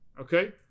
okay